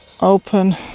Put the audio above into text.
open